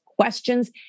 questions